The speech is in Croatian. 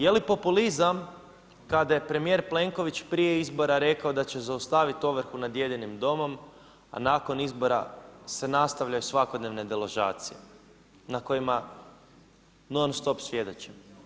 Jeli populizam kada je premijer Plenković prije izbora rekao da će zaustaviti ovrhu nad jedinim domom, a nakon izbora se nastavljaju svakodnevne deložacije na kojima non stop svjedoče?